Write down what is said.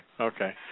okay